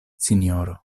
sinjoro